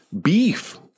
beef